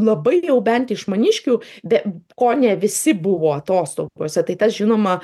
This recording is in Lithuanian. labai jau bent iš maniškių be kone visi buvo atostogose tai tas žinoma